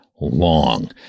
long